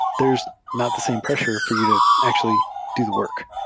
there's not the same pressure for you to actually do the work.